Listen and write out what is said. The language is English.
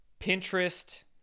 Pinterest